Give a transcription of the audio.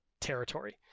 territory